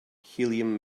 helium